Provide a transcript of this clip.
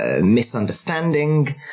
misunderstanding